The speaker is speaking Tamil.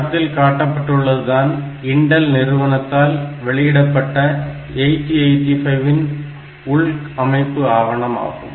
படத்தில் காட்டப்பட்டுள்ளது தான் இன்டல் நிறுவனத்தால் வெளியிடப்பட்ட 8085 இன் உள் அமைப்பு ஆவணம் ஆகும்